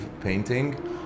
painting